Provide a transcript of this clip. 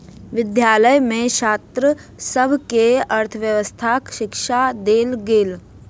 विद्यालय में छात्र सभ के अर्थव्यवस्थाक शिक्षा देल गेल